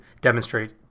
demonstrate